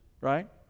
right